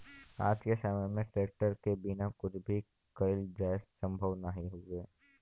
आज के समय में ट्रेक्टर के बिना कुछ भी कईल जाये संभव नाही हउवे